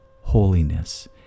holiness